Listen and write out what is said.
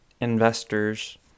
investors